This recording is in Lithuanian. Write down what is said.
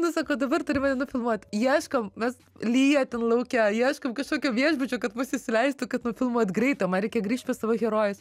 nu sakau dabar turi mane nufilmuot ieškome mes lyja ten lauke ieškom kažkokio viešbučio kad mus įsileistų kad nufilmuoti greit o man reikia grįžt savo herojus